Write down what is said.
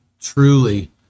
truly